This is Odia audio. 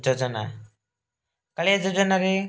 ଯୋଜନା କାଳିଆ ଯୋଜନାରେ